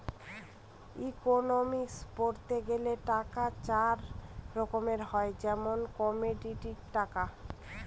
economics পড়তে গেলে টাকা চার রকম হয় যেমন কমোডিটি টাকা